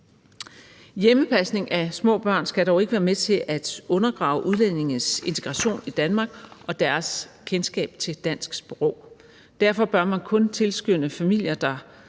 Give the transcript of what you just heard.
Hjemmepasning af små børn skal dog ikke være med til at undergrave udlændinges integration i Danmark og deres kendskab til dansk sprog. Derfor bør man kun tilskynde familier,